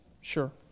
Sure